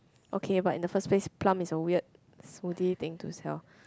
okay but in the first place plum is a weird smoothie thing to sell